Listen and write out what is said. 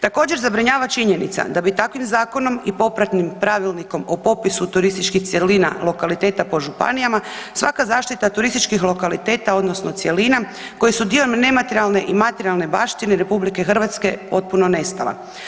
Također zabrinjava činjenica da bi takvim zakonom i popratnim Pravilnikom o popisu turističkih cjelina i lokaliteta po županijama svaka zaštita turističkih lokaliteta odnosno cjelina koje su dio nematerijalne i materijalne baštine RH potpuno nestala.